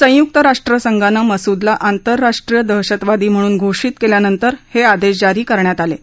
संयुक्त राष्ट्र संघानं मसूदला आंतरराष्ट्रीय दहशतवादी म्हणून घोषित केल्यानंतर हे आदेश जारी करण्यात आले आहेत